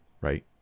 right